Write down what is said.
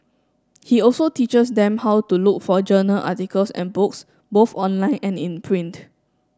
he also teaches them how to look for journal articles and books both online and in print